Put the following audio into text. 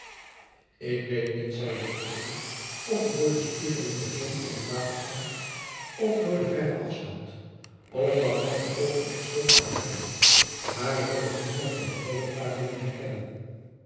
ik weet niet zeide de eene of het door de spiegeling der zon in t water komt of door den verren afstand of dat mijne oogen er schuld aan hebben maar ik kan nog niemand van de over varenden kennen